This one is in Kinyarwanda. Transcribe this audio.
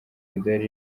imidari